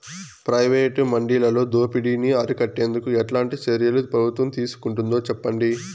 Private మండీలలో దోపిడీ ని అరికట్టేందుకు ఎట్లాంటి చర్యలు ప్రభుత్వం తీసుకుంటుందో చెప్పండి?